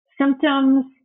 symptoms